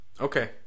Okay